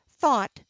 thought